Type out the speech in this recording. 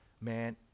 man